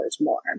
more